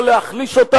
לא להחליש אותה,